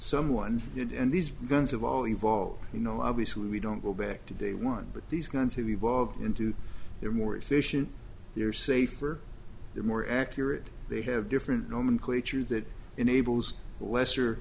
someone did and these guns have all evolved you know obviously we don't go back to day one but these guns have evolved into they're more efficient they're safer they're more accurate they have different nomenclature that enables lesser